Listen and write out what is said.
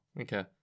okay